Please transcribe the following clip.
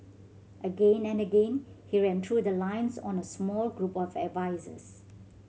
again and again he ran through the lines on a small group of advisers